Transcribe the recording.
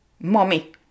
Mommy